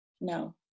No